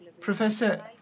Professor